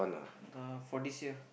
the for this year